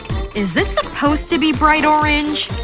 is it supposed to be bright orange?